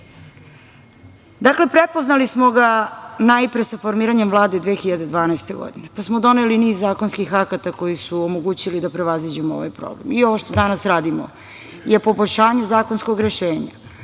Hvala. Dakle, prepoznali smo ga najpre sa formiranjem Vlade 2012. godine, pa smo doneli niz zakonskih akata koji su omogućili da prevaziđemo ovaj problem i ovo što danas radimo je poboljšanje zakonskog rešenja